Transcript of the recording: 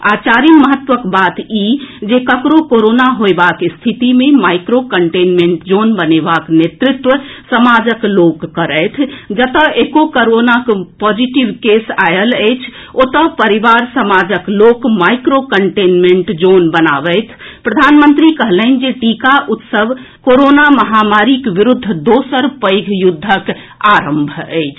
आ चारिम महत्वक बात ई जे ककरो कोरोना होएबाक स्थिति मे माइक्रो कंटेनमेंट जोन बनेबाक नेतृत्व समाजक लोक करथि जतए एकहुं कोरोनाक पॉजेटिव केस आएल अछि ओतऽ परिवार समाजक लोक माइक्रो कंटनेमेंट जोन बनाबथि प्रधानमंत्री कहलनि जे टीका उत्सव कोरोना महामारी के विरूद्ध दोसर पैघ युद्धक आरंभ अछि